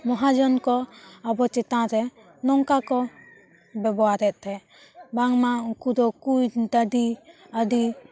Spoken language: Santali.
ᱢᱚᱦᱟᱡᱚᱱ ᱠᱚ ᱟᱵᱚ ᱪᱮᱛᱟᱱ ᱨᱮ ᱱᱚᱝᱠᱟ ᱠᱚ ᱵᱮᱵᱚᱦᱟᱨᱮᱫ ᱛᱟᱦᱮᱸ ᱵᱟᱝᱢᱟ ᱩᱱᱠᱩ ᱫᱚ ᱠᱩᱧ ᱰᱟᱹᱰᱤ ᱟᱹᱰᱤ